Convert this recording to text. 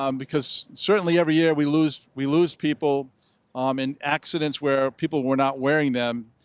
um because certainly every year, we lose we lose people um in accidents where people were not wearing them.